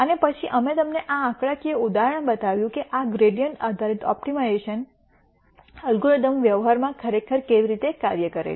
અને પછી અમે તમને આ આંકડાકીય ઉદાહરણ બતાવ્યું કે આ ગ્રૈડીઅન્ટ આધારિત ઓપ્ટિમાઇઝેશન એલ્ગોરિધમ વ્યવહારમાં ખરેખર કેવી રીતે કાર્ય કરે છે